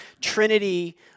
Trinity